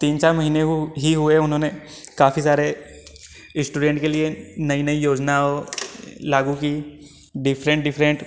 तीन चार महीने हो ही हुए उन्होंने काफ़ी सारे इश्टुडेंट के लिए नई नई योजनाएँ लागू की डिफ़रेंट डिफ़रेंट